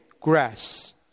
Grass